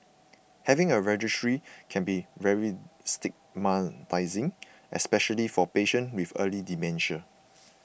having a registry can be very stigmatising especially for patients with early dementia